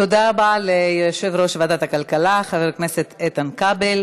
תודה רבה ליושב-ראש ועדת הכלכלה חבר הכנסת איתן כבל.